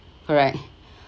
correct